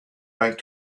like